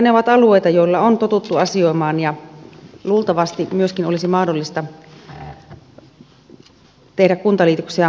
ne ovat alueita joilla on totuttu asioimaan ja luultavasti myöskin olisi mahdollista tehdä kuntaliitoksia vapaaehtoisemmin